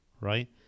right